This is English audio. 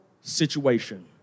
situation